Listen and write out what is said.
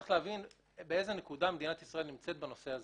צריך להבין באיזו נקודה מדינת ישראל נמצאת בנושא הזה.